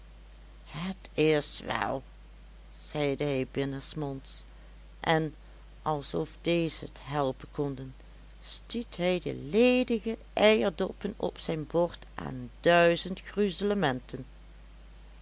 het is wèl zeide hij binnensmonds en alsof deze t helpen konden stiet hij de ledige eierdoppen op zijn bord aan duizend